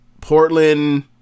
Portland